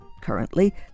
Currently